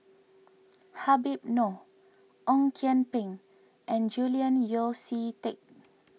Habib Noh Ong Kian Peng and Julian Yeo See Teck